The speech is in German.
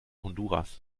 honduras